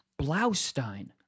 Blaustein